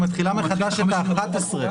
היא מתחילה מחדש את ה-11.